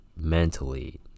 mentally